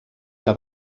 que